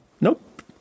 Nope